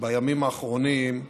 בימים האחרונים: